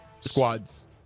Squads